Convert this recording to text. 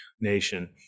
Nation